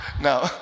Now